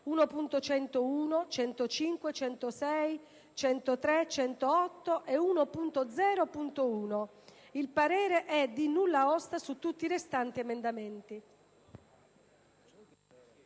1.101, 1.105, 1.106, 1.103, 1.108 e 1.0.1. Il parere è di nulla osta su tutti i restanti emendamenti».